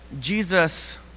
Jesus